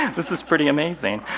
this is pretty amazing.